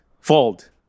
fold